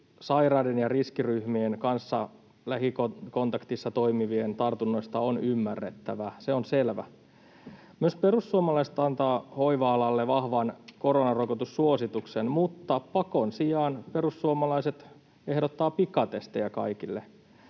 sairaiden ja riskiryhmien kanssa lähikontaktissa toimivien tartunnoista on ymmärrettävä. Se on selvä. Myös perussuomalaiset antavat hoiva-alalle vahvan koronarokotussuosituksen, mutta pakon sijaan perussuomalaiset ehdottavat pikatestejä kaikille.